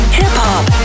hip-hop